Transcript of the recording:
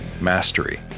mastery